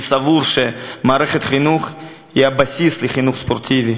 אני סבור שמערכת חינוך היא הבסיס לחינוך ספורטיבי